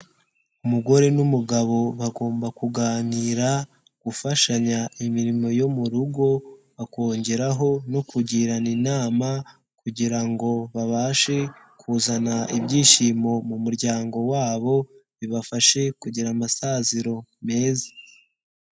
Umugore n'umugabo bagomba kuganira, gufashanya imirimo yo mu rugo, bakongeraho no kugirana inama kugira ngo babashe kuzana ibyishimo mu muryango wabo, bibafashe kugira amasaziro meza.